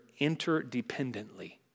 interdependently